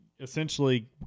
essentially